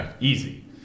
easy